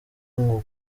ngo